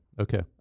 okay